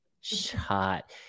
shot